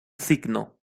signo